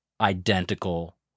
identical